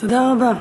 תודה רבה.